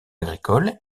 agricole